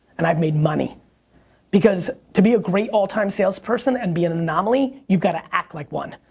and i've made money because to be a great all-time sales person and be an anomaly, you've got to act like one.